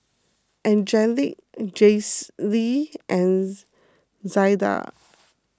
Angelic Jaclyn and Zada